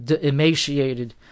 emaciated